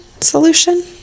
solution